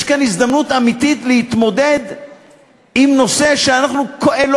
יש פה הזדמנות אמיתית להתמודד עם נושא שלא